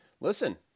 listen